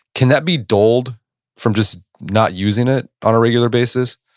can that be dulled from just not using it on a regular basis?